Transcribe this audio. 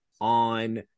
on